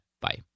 Bye